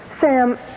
Sam